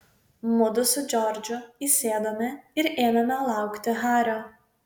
mudu su džordžu įsėdome ir ėmėme laukti hario